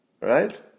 right